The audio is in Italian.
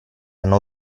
hanno